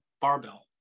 barbell